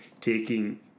taking